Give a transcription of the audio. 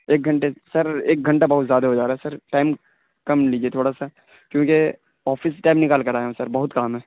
ایک گھنٹے سر ایک گھنٹہ بہت زیادہ ہو جائے گا سر ٹائم کم لیجیے تھوڑا سا کیونکہ آفس سے ٹائم نکال کے لایا ہوں سر بہت کام ہے